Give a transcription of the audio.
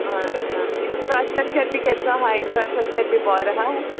आं हां इनफ्रास्ट्रक्चर बी केसो हा इनफ्रास्ट्रक्चर बी बोर हा